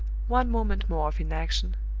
one moment more of inaction,